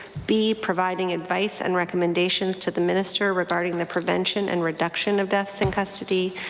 b, providing advice and recommendations to the minister regarding the prevention and reduction of deaths in custody,